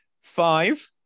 Five